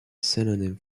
synonym